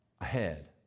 ahead